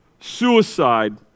suicide